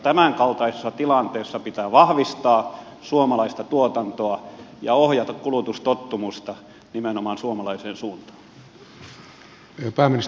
tämänkaltaisessa tilanteessa pitää vahvistaa suomalaista tuotantoa ja ohjata kulutustottumusta nimenomaan suomalaiseen suuntaan